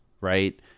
right